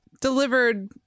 Delivered